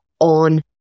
on